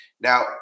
Now